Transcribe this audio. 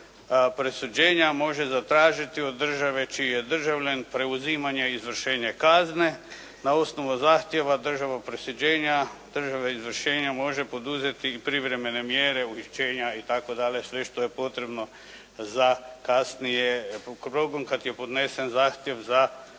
presuđenja može zatražiti od države čiji je državljanin preuzimanje izvršenja kazne. Na osnovu zahtjeva države presuđenja država izvršena može poduzeti privremene mjere uhićenja itd. sve što je potrebno za kasnije kad je podnesen zahtjev za